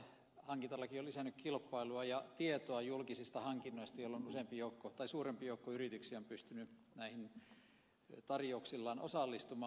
hyvää on se että hankintalaki on lisännyt kilpailua ja tietoa julkisista hankinnoista jolloin suurempi joukko yrityksiä on pystynyt näihin tarjouksillaan osallistumaan